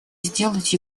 сделать